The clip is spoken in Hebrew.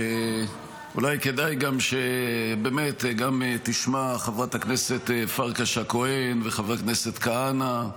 אולי כדאי שבאמת גם ישמעו חברת הכנסת פרקש הכהן וחבר הכנסת כהנא,